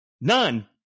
None